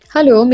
Hello